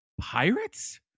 Pirates